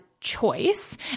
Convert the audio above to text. choice